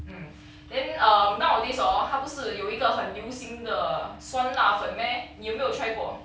mm then um nowadays hor 他不是有一个很流行的酸辣粉 meh 你有没有 try 过